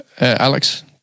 Alex